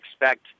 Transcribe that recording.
expect –